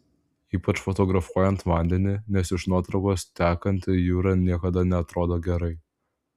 ypač fotografuojant vandenį nes iš nuotraukos tekanti jūra niekada neatrodo gerai